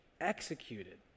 executed